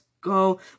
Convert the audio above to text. go